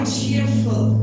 cheerful